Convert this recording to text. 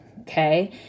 okay